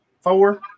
four